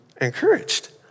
encouraged